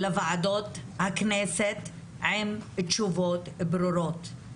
לוועדות הכנסת עם תשובות ברורות.